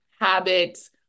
habits